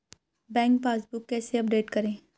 Bank passbook कैसे update करें?